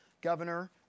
Governor